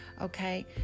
okay